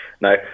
No